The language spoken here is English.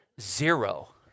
zero